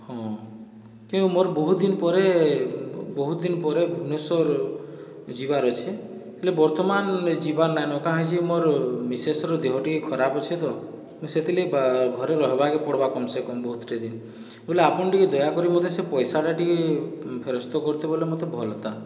ହଁ କିନ୍ତୁ ମୋର ବହୁତ ଦିନ ପରେ ବହୁତ ଦିନ ପରେ ଭୁବନେଶ୍ୱର ଯିବାର ଅଛେ ହେଲେ ବର୍ତ୍ତମାନ ଯିବାର ନାହିଁନ କାଁ ହେଇଛି ମୋର ମିସେସର ଦେହ ଟିକେ ଖରାପ ଅଛେ ତ ମୁଁ ସେଥିଲାଗି ଘରେ ରହିବାକେ ପଡ଼ବା କମସେ କମ ବହୁତ ଟିକେ ଦିନ ବୋଲେ ଆପଣ ଟିକେ ଦୟାକରି ମୋତେ ସେ ପଇସାଟା ଟିକେ ଫେରସ୍ତ କରତୁ ବୋଲେ ମୋତେ ଭଲତା